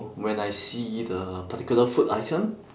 when I see the particular food item